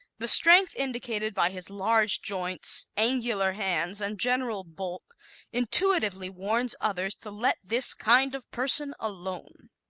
the strength indicated by his large joints, angular hands and general bulk intuitively warns others to let this kind of person alone.